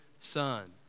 Son